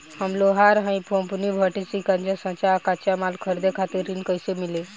हम लोहार हईं फूंकनी भट्ठी सिंकचा सांचा आ कच्चा माल खरीदे खातिर ऋण कइसे मिली?